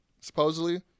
supposedly